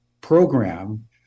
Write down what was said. program